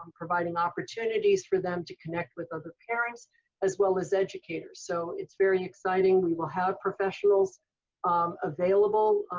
um providing opportunities for them to connect with other parents as well as educators. so it's very exciting. we will have professionals um available